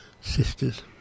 sisters